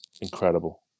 Incredible